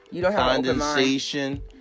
condensation